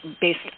based